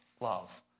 love